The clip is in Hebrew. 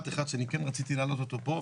אחד שאני כן רציתי להעלות אותו פה,